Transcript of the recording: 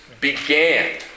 began